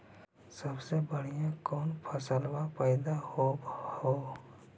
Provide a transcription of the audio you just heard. सबसे बढ़िया कौन फसलबा पइदबा होब हो?